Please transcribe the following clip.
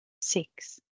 Six